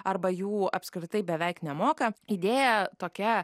arba jų apskritai beveik nemoka idėja tokia